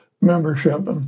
membership